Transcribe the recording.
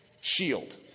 shield